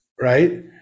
right